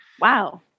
Wow